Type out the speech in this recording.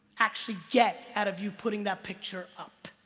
actually get out of you putting that picture up.